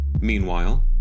Meanwhile